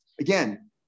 again